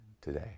today